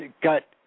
Got